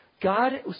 God